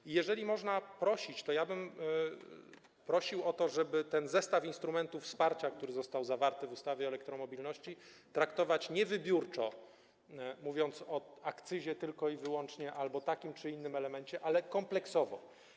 I jeżeli można prosić, to ja bym prosił o to, żeby ten zestaw instrumentów wsparcia, który został zawarty w ustawie o elektromobilności, traktować nie wybiórczo, mówiąc o akcyzie tylko i wyłącznie albo takim czy innym elemencie, ale kompleksowo.